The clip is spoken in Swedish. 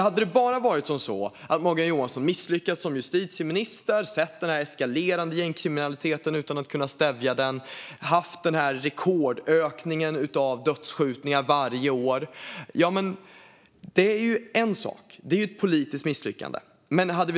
Hade Morgan Johansson enbart misslyckats som justitieminister, sett den eskalerande gängkriminaliteten utan att kunna stävja den och haft denna rekordökning av dödsskjutningar varje år så hade det varit ett politiskt misslyckande, ja.